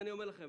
אני אומר לכם,